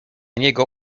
niego